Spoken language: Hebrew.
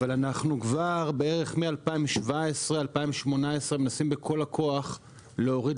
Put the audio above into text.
אבל כבר מ-2018-2017 אנחנו מנסים להוריד